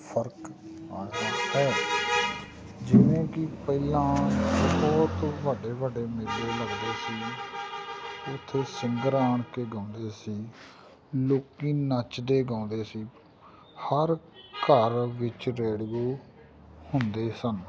ਫਰਕ ਆਇਆ ਹੈ ਜਿਵੇਂ ਕਿ ਪਹਿਲਾਂ ਬਹੁਤ ਵੱਡੇ ਵੱਡੇ ਮੇਲੇ ਲੱਗਦੇ ਸੀ ਉੱਥੇ ਸਿੰਗਰ ਆਣ ਕੇ ਗਾਉਂਦੇ ਸੀ ਲੋਕ ਨੱਚਦੇ ਗਾਉਂਦੇ ਸੀ ਹਰ ਘਰ ਵਿੱਚ ਰੇਡੀਓ ਹੁੰਦੇ ਸਨ